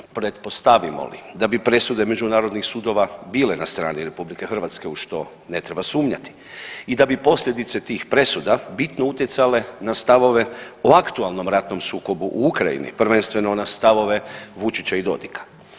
Pretpostavimo li da bi presude međunarodnih sudova bile na strani RH, u što ne treba sumnjati i da bi posljedice tih presuda bitno utjecale na stavove o aktualnom ratnom sukobu u Ukrajini, prvenstveno na stavove Vučića i Dodika.